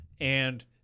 and-